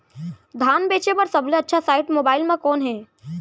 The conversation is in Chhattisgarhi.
धान बेचे बर सबले अच्छा साइट मोबाइल म कोन हे?